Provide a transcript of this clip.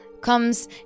comes